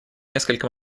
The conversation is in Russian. несколько